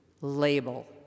label